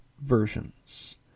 versions